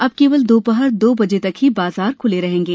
अब केवल दोपहर दो बजे तक ही बाजार खुले रहेंगे